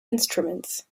instruments